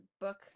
book